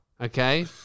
Okay